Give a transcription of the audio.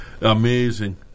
Amazing